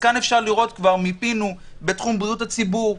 כאן אפשר לראות, כבר מיפינו בתחום בריאות הציבור: